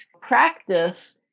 practice